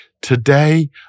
Today